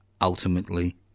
ultimately